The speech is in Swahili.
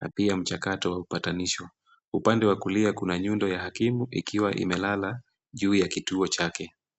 Na pia mchakato wa upatanisho. Upande wa kulia kuna nyundo ya hakimu ikiwa imelala, juu ya kituo chake.